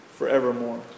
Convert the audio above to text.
forevermore